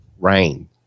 rain